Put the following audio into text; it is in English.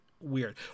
weird